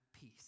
peace